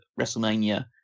WrestleMania